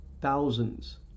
Thousands